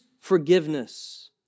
forgiveness